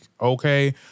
okay